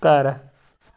ਘਰ